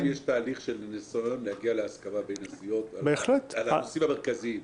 עדיין יש תהליך של ניסיון להגיע להסכמה על הנושאים המרכזיים,